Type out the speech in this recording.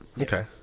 Okay